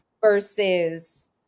versus